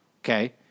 okay